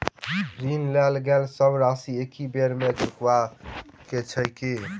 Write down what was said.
ऋण लेल गेल सब राशि एकहि बेर मे चुकाबऽ केँ छै की?